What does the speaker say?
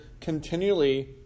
continually